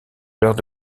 l’heure